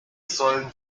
sollen